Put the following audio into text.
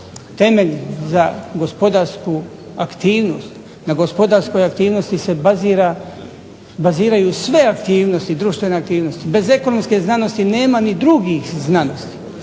temelj za gospodarsku aktivnost, na gospodarskoj aktivnosti se baziraju sve aktivnosti, društvene aktivnosti. Bez ekonomske znanosti nema ni drugih znanosti.